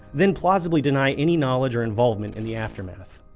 then plausibly deny any knowledge or involvement in the aftermath